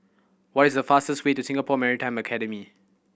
what is the fastest way to Singapore Maritime Academy